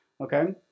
Okay